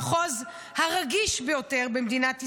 המחוז הרגיש ביותר במדינת ישראל,